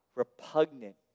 Repugnant